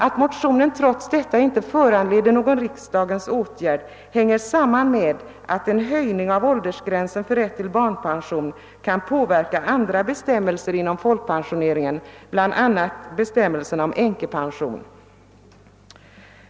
Att motionen trots detta enligt utskottet inte bör föranleda någon åtgärd hänger samman med att en höjning av åldersgränsen för rätt till barnpension kan påverka andra bestämmelser inom = folkpensioneringen, bl.a. bestämmelserna om änkepension.